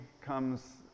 comes